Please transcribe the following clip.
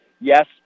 Yes